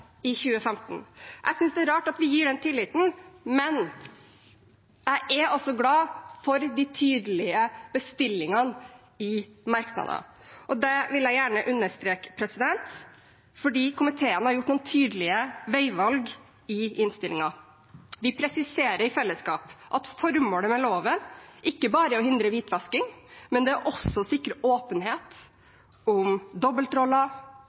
i 2015. Jeg synes det er rart at vi gir den tilliten. Men jeg er altså glad for de tydelige bestillingene i merknadene. Det vil jeg gjerne understreke, for komiteen har gjort noen tydelige veivalg i innstillingen. Vi presiserer i fellesskap at formålet med loven ikke bare er å hindre hvitvasking, men det er også å sikre åpenhet om